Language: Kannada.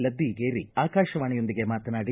ಲದ್ದೀಗೇರಿ ಆಕಾಶವಾಣಿಯೊಂದಿಗೆ ಮಾತನಾಡಿ